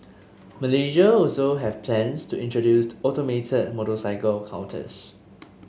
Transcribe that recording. Malaysia also have plans to introduced automated motorcycle counters